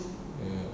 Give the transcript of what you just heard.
ya